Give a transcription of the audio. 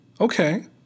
Okay